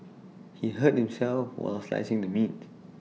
he hurt himself while slicing the meat